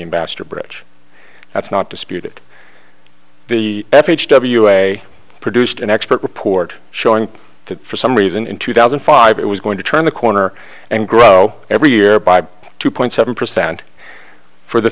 ambassador bridge that's not disputed the f h w a produced an expert report showing that for some reason in two thousand and five it was going to turn the corner and grow every year by two point seven percent for the